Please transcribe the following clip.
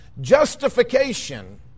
Justification